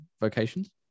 vocations